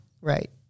right